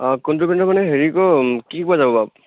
অঁ কোনটো ব্ৰেণ্ডৰ মানে হেৰি কো কি পোৱা যাব বাৰু